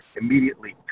immediately